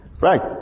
Right